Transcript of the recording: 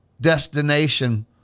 destination